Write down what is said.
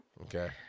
Okay